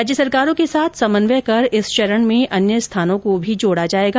राज्य सरकारों के साथ समन्वय कर इस चरण में अन्य स्थानों को भी जोडा जायेगा